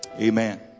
amen